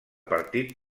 partit